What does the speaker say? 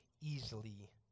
easily